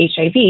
HIV